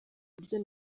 buryo